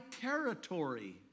territory